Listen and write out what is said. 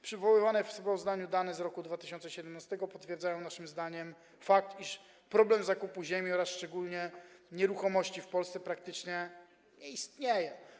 Przywoływane w sprawozdaniu dane z roku 2017 potwierdzają naszym zdaniem fakt, iż problem zakupu ziemi oraz szczególnie nieruchomości w Polsce praktycznie nie istnieje.